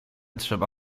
trzeba